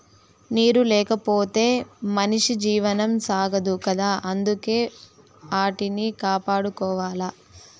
నీరు లేకపోతె మనిషి జీవనం సాగదు కదా అందుకే ఆటిని కాపాడుకోవాల